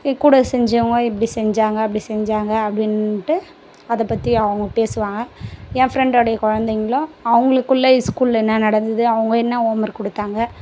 என் கூட செஞ்சவங்க இப்டி செஞ்சாங்க அப்படி செஞ்சாங்க அப்படின்ட்டு அதைப்பத்தி அவங்க பேசுவாங்க என் ஃப்ரெண்டுடைய குழந்தைங்களும் அவங்களுக்குள்ள இஸ்கூலில் என்ன நடந்தது அவங்க என்ன ஹோம்ஒர்க் கொடுத்தாங்க